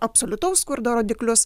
absoliutaus skurdo rodiklius